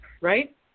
right